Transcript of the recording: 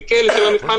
שמקל יותר על המבחן,